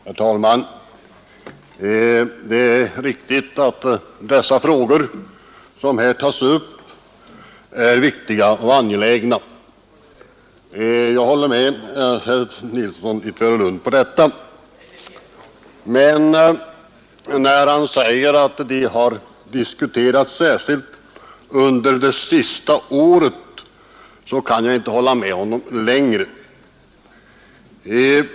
Herr talman! Det är riktigt att de frågor som här tas upp är viktiga och angelägna — jag håller med herr Nilsson i Tvärålund om detta. Men när han säger att de har diskuterats särskilt under det senaste året kan jag inte hålla med honom längre.